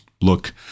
look